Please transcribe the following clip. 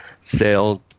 sailed